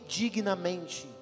dignamente